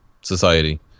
society